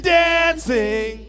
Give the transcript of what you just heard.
dancing